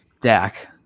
Dak